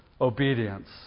obedience